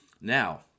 Now